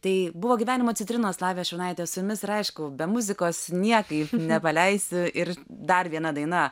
tai buvo gyvenimo citrinos lavija šurnaitė su jumis ir aišku be muzikos niekaip nepaleisiu ir dar viena daina